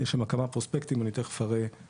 יש שם כמה פרוספקטים, אני תיכף אראה.